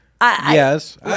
Yes